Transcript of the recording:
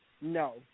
No